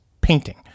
painting